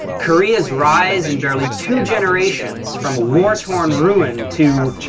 korea's rise in barely two generations from war-torn ruins to,